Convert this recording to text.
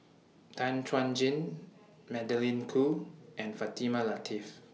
Tan Chuan Jin Magdalene Khoo and Fatimah Lateef